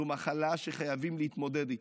זו מחלה שחייבים להתמודד איתה.